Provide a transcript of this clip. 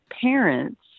parents